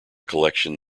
collection